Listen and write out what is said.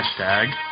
hashtag